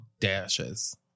dashes